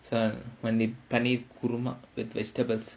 so only paneer kurma kurumaa with vegetables